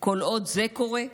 כל עוד זה קורה?